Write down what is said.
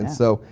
so,